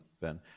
ben